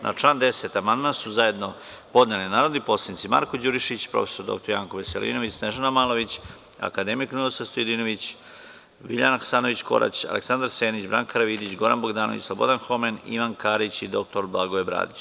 Na član 10. amandman su zajedno podneli narodni poslanici Marko Đurišić, dr Janko Veselinović, Snežana Malović, akademik Ninoslav Stojadinović, Biljana Hasanović Korać, Aleksandar Senić, Branak Karavidić, Goran Bogdanović, Slobodan Homen, Ivan Karić i dr Blagoje Bradić.